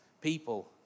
people